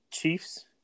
Chiefs